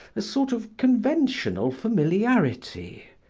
a sort of conventional familiarity.